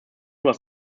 was